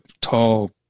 tall